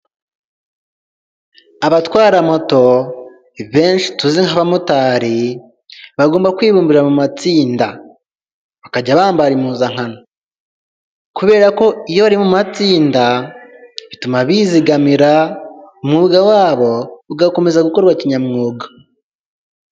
Abatwara moto benshi tuzi nk'abamotari bagomba kwibumbira mu matsinda, bakajya bambara impuzankano. Kubera ko iyo bari mu matsinda bituma bizigamira umwuga wabo ugakomeza gukorwa kinyamwuga.